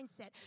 mindset